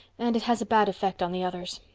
and it has a bad effect on the others.